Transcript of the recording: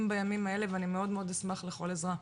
בימים אלה ואני מאוד מאוד אשמח לכל עזרה.